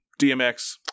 DMX